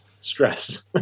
stress